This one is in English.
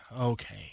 Okay